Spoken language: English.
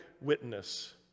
witness